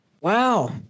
Wow